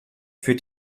für